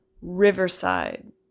Riverside